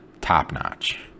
top-notch